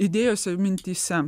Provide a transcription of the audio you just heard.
idėjose mintyse